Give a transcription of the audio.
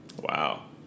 Wow